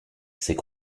c’est